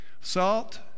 salt